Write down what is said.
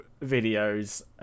videos